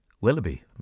Willoughby